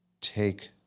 take